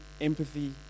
empathy